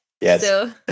Yes